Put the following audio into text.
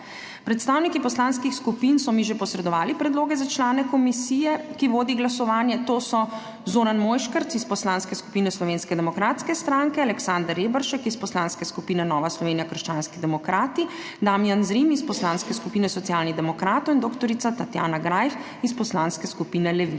Predstavniki poslanskih skupin so mi že posredovali predloge za člane komisije, ki vodi glasovanje, to so zoran Mojškerc iz Poslanske skupine Slovenske demokratske stranke, Aleksander Reberšek iz Poslanske skupine Nova Slovenija – krščanski demokrati, Damijan Zrim iz Poslanske skupine Socialnih demokratov in dr. Tatjana Greif iz Poslanske skupine Levica.